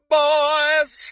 boys